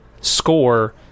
score